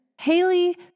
Haley